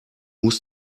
muss